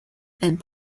and